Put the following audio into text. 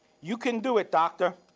you can do it, doctor